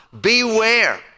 beware